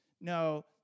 No